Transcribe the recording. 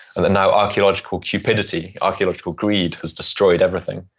and the now archeological cupidity, archeological greed, has destroyed everything.